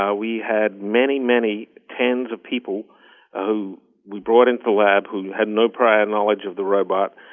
ah we had many, many tens of people who we brought into the lab who had no prior knowledge of the robot,